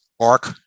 arc